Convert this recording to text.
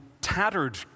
tattered